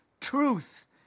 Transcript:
truth